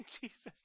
Jesus